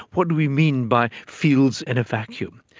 what do we mean by fields in a vacuum?